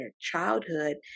childhood